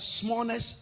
smallness